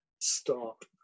stop